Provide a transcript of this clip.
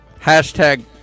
hashtag